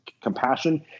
compassion